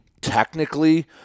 technically